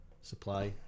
supply